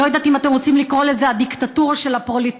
אני לא יודעת אם אתם רוצים לקרוא לזה הדיקטטורה של הפרולטריון,